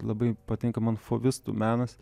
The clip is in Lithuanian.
labai patinka man fovistų menas